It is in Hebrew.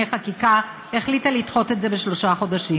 חקיקה החליטה לדחות את זה בשלושה חודשים.